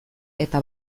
eta